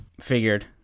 figured